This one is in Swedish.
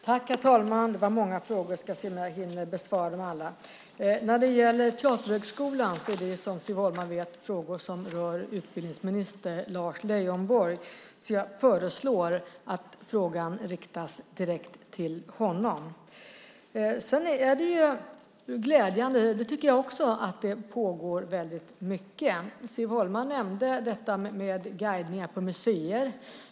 Herr talman! Det var många frågor, och jag ska se om jag hinner besvara dem alla. När det gäller Teaterhögskolan är det, som Siv Holma vet, frågor som rör utbildningsminister Lars Leijonborg, så jag föreslår att frågan riktas direkt till honom. Jag tycker också att det är glädjande att det pågår väldigt mycket. Siv Holma nämnde guidningar på museer.